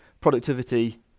productivity